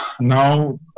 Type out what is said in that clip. Now